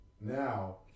Now